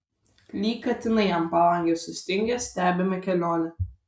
lyg katinai ant palangės sustingę stebime kelionę